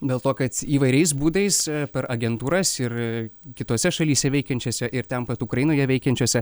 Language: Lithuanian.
dėl to kad įvairiais būdais per agentūras ir kitose šalyse veikiančiose ir ten pat ukrainoje veikiančiose